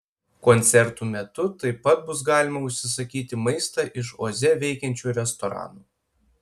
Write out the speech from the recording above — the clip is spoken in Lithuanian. koncertų metu taip pat bus galima užsisakyti maistą iš oze veikiančių restoranų